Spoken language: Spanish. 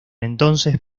entonces